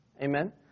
amen